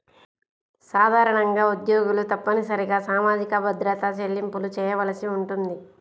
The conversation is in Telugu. సాధారణంగా ఉద్యోగులు తప్పనిసరిగా సామాజిక భద్రత చెల్లింపులు చేయవలసి ఉంటుంది